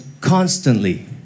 constantly